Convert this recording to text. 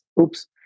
Oops